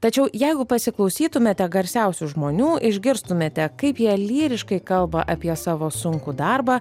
tačiau jeigu pasiklausytumėte garsiausių žmonių išgirstumėte kaip jie lyriškai kalba apie savo sunkų darbą